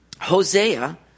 Hosea